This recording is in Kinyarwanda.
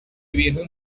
ibintu